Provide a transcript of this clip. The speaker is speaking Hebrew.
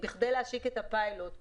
כדי להשיק את הפיילוט,